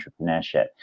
entrepreneurship